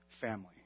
family